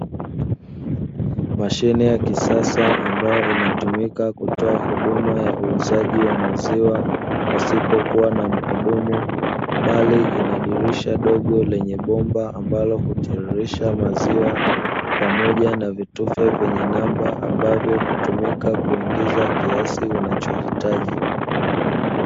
Mashine ya kisasa ambayo inatumika kutoa huduma ya uuzaji wa maziwa pasipo kuwa na muhudumu, bali ina dirisha dogo lenye bomba ambalo hutiririsha maziwa pamoja na vitufe vyenye namba ambavyo hutumika kuingiza kiasi unachohitaji.